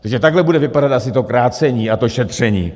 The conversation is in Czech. Takže takhle bude vypadat asi to krácení a to šetření.